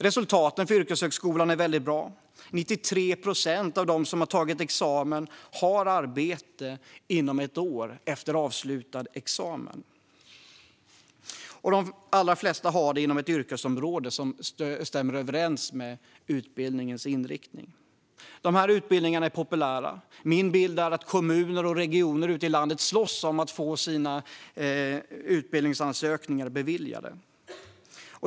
Resultaten för yrkeshögskolan är bra; 93 procent av dem som har tagit examen har arbete inom ett år efter examen. De allra flesta har det dessutom inom ett yrkesområde som stämmer överens med utbildningens inriktning. Dessa utbildningar är populära. Min bild är att kommuner och regioner ute i landet slåss om att få sina utbildningsansökningar beviljade.